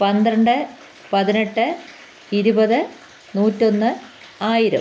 പന്ത്രണ്ട് പതിനെട്ട് ഇരുപത് നൂറ്റൊന്ന് ആയിരം